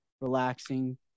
relaxing